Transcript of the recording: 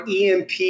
emp